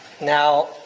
Now